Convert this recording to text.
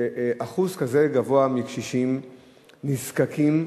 שאחוז כזה גבוה מהקשישים נזקקים,